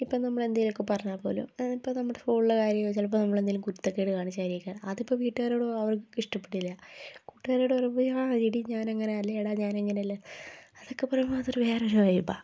ഇപ്പോള് നമ്മള് എന്തേലുവൊക്കെ പറഞ്ഞാല് പോലും ഇപ്പോള് നമ്മുടെ സ്കൂളിലെ കാര്യങ്ങള് ചിലപ്പോള് നമ്മളെന്തേലും കുരുത്തക്കേട് കാണിച്ചതായിരിക്കാം അതിപ്പോള് വീട്ടുകാരോട് പറഞ്ഞാല് അവർക്കിഷ്ടപ്പെടില്ല കൂട്ടുകാരോട് പറയുമ്പോള് ആ എടീ ഞാനിങ്ങനാ അല്ലെങ്കില് എടാ ഞാനങ്ങനല്ല അതൊക്കെ പറയുമ്പോള് അതൊരു വേറൊരു വൈബാണ്